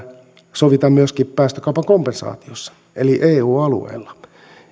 sovitaan myöskin päästökaupan kompensaatiosta eli eu alueella